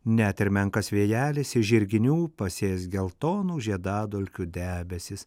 net ir menkas vėjelis iš žirginių pasės geltonų žiedadulkių debesis